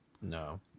No